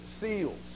seals